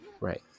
right